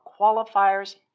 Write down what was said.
qualifiers